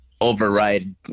override